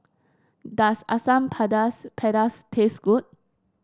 does Asam Pedas pedas taste good